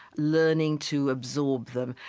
learning to absorb them,